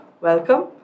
welcome